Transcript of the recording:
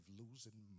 losing